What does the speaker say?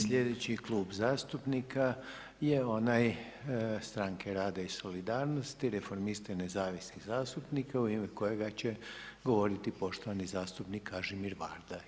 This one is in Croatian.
Sljedeći klub zastupnika je onaj Stranke rada i solidarnosti, Reformista i nezavisnih zastupnika u ime kojega će govoriti poštovani zastupnik Kažimir Varda.